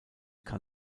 kann